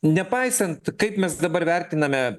nepaisant kaip mes dabar vertiname